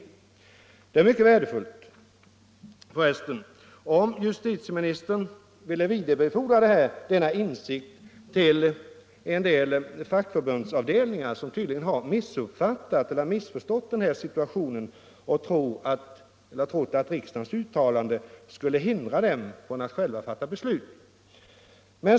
Det vore för resten mycket värdefullt om justitieministern ville vidarebefordra denna insikt till en del fackförbundsavdelningar som tydligen har missförstått riksdagens uttalande och tror att detta innebär att de skulle vara förhindrade att själva fatta beslut.